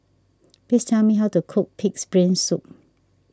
please tell me how to cook Pig's Brain Soup